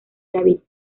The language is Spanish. david